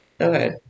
Okay